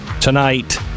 Tonight